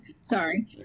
sorry